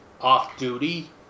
off-duty